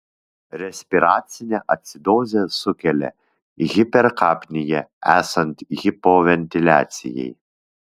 respiracinę acidozę sukelia hiperkapnija esant hipoventiliacijai